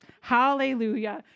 hallelujah